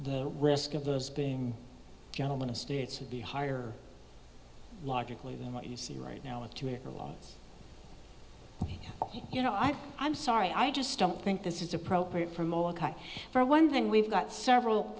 the risk of those being a gentleman of states would be higher logically than what you see right now a two acre lot you know i i'm sorry i just don't think this is appropriate for most for one thing we've got several